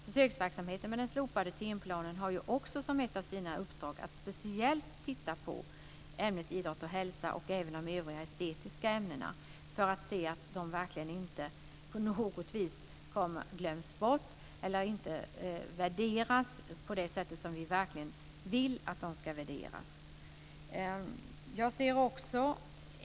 Försöksverksamheten med slopad timplan har som ett av sina uppdrag att speciellt titta på ämnet idrott och hälsa och även de övriga estetiska ämnena, för att se att de inte glöms bort eller inte värderas som vi vill att de ska värderas.